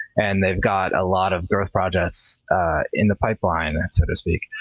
and they've got a lot of growth projects in the pipeline, so to speak.